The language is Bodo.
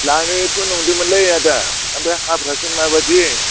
लानो थ' नंदोंमोन लै आदा ओमफ्राय हाफोरासो माबायदि